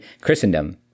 Christendom